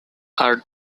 are